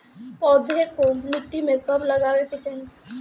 पौधे को मिट्टी में कब लगावे के चाही?